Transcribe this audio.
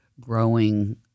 growing